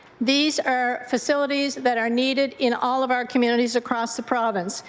these are facilities that are needed in all of our communities across the province,